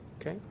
okay